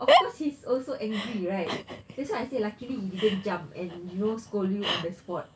of course he's also angry right that's why I say luckily he didn't jump and you know scold you on the spot